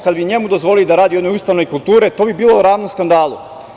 Kada bi njemu dozvoli da radi u jednoj ustanovi kulture, to bi bilo ravno skandalu.